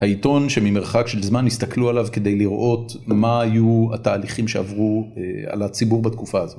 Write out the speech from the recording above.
העיתון שממרחק של זמן הסתכלו עליו כדי לראות מה היו התהליכים שעברו אה.. על הציבור בתקופה הזאת.